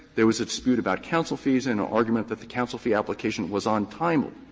there was a dispute about counsel fees and an argument that the counsel fee application was untimely.